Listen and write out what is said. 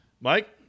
Mike